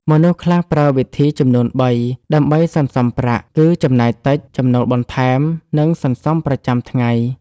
មនុស្សខ្លះប្រើវិធីចំនួនបី ដើម្បីសន្សុំប្រាក់គឺ ចំណាយតិច, ចំណូលបន្ថែម, និងសន្សុំប្រចាំថ្ងៃ។